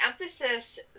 emphasis